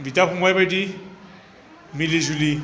बिदा फंबाइ बायदि मिलि जुलि